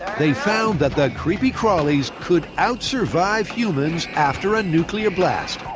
they found that the creepy crawlies could out-survive humans after a nuclear blast.